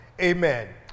amen